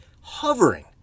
hovering